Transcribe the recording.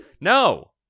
No